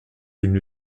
une